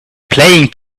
playing